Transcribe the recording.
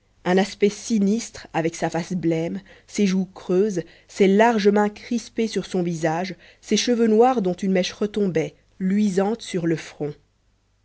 un aspect sinistre avec sa face blême ses joues creuses ses larges mains crispées sur son visage ses cheveux noirs dont une mèche retombait luisante sur le front